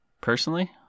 Personally